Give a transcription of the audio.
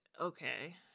okay